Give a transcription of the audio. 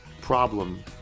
problem